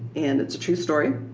and it's a true story.